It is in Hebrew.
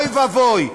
אוי ואבוי.